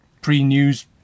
pre-news